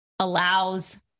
Allows